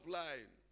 line